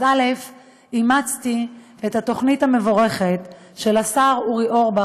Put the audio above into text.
אז אימצתי את התוכנית המבורכת של השר אורי אורבך,